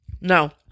No